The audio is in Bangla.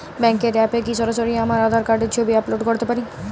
ব্যাংকের অ্যাপ এ কি সরাসরি আমার আঁধার কার্ডের ছবি আপলোড করতে পারি?